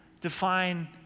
define